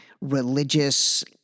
religious